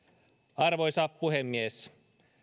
arvoisa puhemies